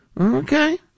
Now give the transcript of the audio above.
Okay